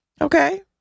Okay